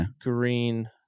green